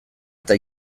eta